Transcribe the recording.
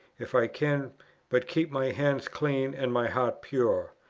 if i can but keep my hand clean and my heart pure.